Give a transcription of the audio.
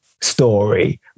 story